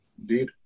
Indeed